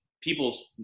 people